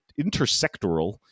intersectoral